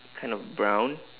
kind of brown